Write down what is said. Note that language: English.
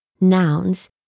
nouns